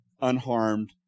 unharmed